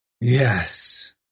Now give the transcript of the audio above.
Yes